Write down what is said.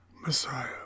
Messiah